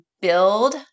build